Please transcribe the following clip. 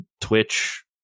twitch